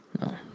no